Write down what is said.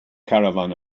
caravan